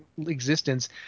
existence